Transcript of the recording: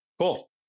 Cool